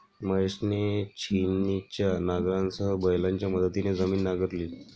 महेशने छिन्नीच्या नांगरासह बैलांच्या मदतीने जमीन नांगरली